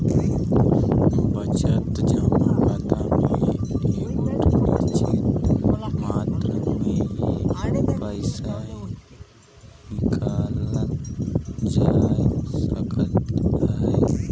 बचत जमा खाता में एगोट निच्चित मातरा में ही पइसा हिंकालल जाए सकत अहे